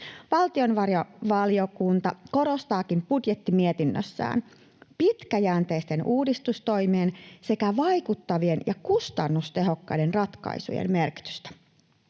Valtiovarainvaliokunta korostaakin budjettimietinnössään pitkäjänteisten uudistustoimien sekä vaikuttavien ja kustannustehokkaiden ratkaisujen merkitystä.